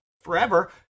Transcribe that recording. forever